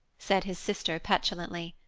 said his sister petulantly.